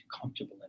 comfortable